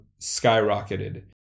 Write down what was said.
skyrocketed